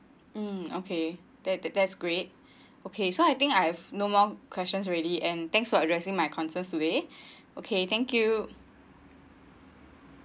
mm okay that that that's great okay so I think I have no more questions already and thanks for addressing my concerns today okay thank you